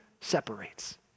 separates